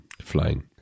flying